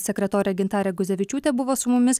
sekretorė gintarė guzevičiūtė buvo su mumis